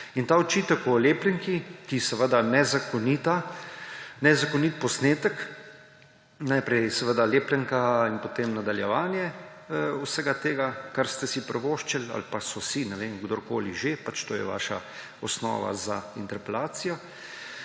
In ta očitek o lepljenki, ki je seveda nezakonita, nezakonit posnetek. Najprej je seveda lepljenka in potem nadaljevanje vsega tega, kar ste si privoščili − ali pa so si, ne vem, kdorkoli že, pač to je vaša osnova za interpelacijo.